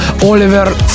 Oliver